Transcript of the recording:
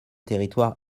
territoire